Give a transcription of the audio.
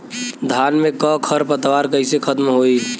धान में क खर पतवार कईसे खत्म होई?